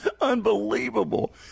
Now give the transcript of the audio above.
unbelievable